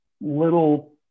little